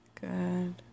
Good